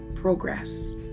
progress